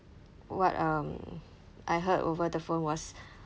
what um I heard over the phone was